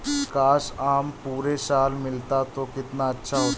काश, आम पूरे साल मिलता तो कितना अच्छा होता